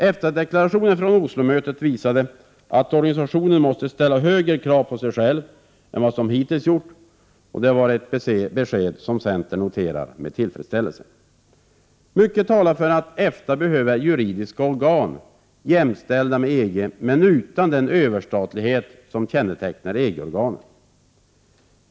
EFTA-deklarationen från Oslomötet visade att organisationen nu måste ställa högre krav på sig själv än vad som hittills gjorts. Det var ett besked som centern noterar med tillfredsställelse. Mycket talar för att EFTA behöver juridiska organ jämställda med EG:s, men utan den överstatlighet som kännetecknar EG-organen.